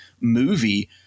movie